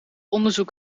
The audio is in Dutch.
onderzoek